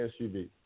SUV